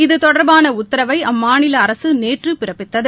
இது தொடர்பான உத்தரவை அம்மாநில அரசு நேற்று பிறப்பித்தது